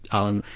alan,